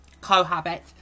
cohabit